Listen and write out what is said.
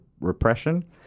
repression